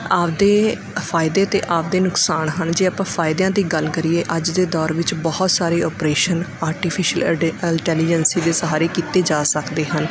ਆਪਦੇ ਫਾਇਦੇ ਅਤੇ ਆਪਦੇ ਨੁਕਸਾਨ ਹਨ ਜੇ ਆਪਾਂ ਫਾਇਦਿਆਂ ਦੀ ਗੱਲ ਕਰੀਏ ਅੱਜ ਦੇ ਦੌਰ ਵਿੱਚ ਬਹੁਤ ਸਾਰੇ ਓਪਰੇਸ਼ਨ ਆਰਟੀਫਿਸ਼ਲ ਅਡੇ ਅਟੈਲੀਜੈਂਸੀ ਦੇ ਸਹਾਰੇ ਕੀਤੇ ਜਾ ਸਕਦੇ ਹਨ